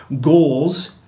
goals